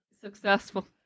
successful